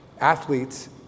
athletes